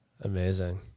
Amazing